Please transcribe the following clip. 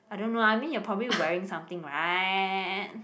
I don't know I mean you're probably wearing something right